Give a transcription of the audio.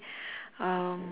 um